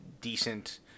decent